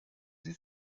sie